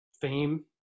fame